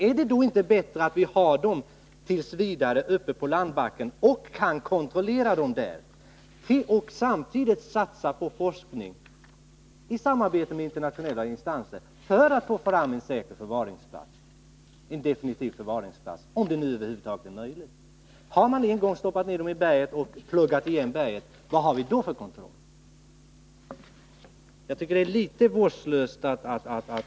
Är det då inte bättre att vi t. v. har atomsoporna synliga så att vi kan kontrollera dem och att vi samtidigt satsar på forskning i samarbete med internationella instanser för att få fram en säker definitiv förvaringsplats, om Nr 70 detta nu över huvud taget är möjligt? Vilken kontroll har vi om vi en gång Tisdagen den stoppat ner soporna i berget och pluggat igen det?